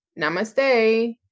Namaste